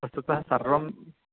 वस्तुतः सर्वं